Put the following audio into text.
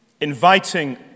Inviting